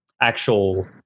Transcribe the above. actual